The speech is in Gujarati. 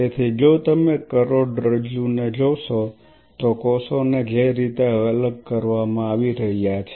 તેથી જો તમે કરોડરજ્જુને જોશો તો કોષોને જે રીતે અલગ કરવામાં આવી રહ્યા છે